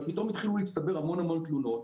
אבל פתאום התחילו להצטבר המון תלונות.